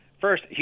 First